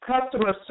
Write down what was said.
customer